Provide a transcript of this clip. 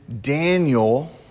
Daniel